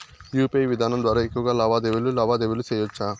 UPI విధానం ద్వారా ఎక్కువగా లావాదేవీలు లావాదేవీలు సేయొచ్చా?